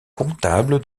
comptable